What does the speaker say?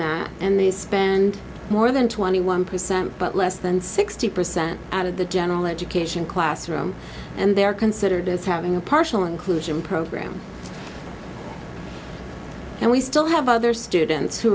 that and they spend more than twenty one percent but less than sixty percent of the general education classroom and they are considered as having a partial inclusion program and we still have other students who